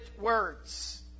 words